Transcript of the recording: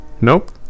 Nope